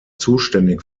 zuständig